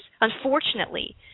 unfortunately